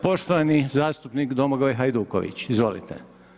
Poštovani zastupnik Domagoj Hajduković, izvolite.